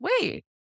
wait